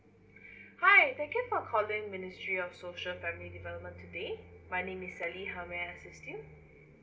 hi thank you for calling ministry of social family development today my name is sally how may I assist you